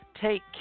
take